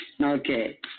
Okay